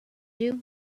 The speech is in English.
you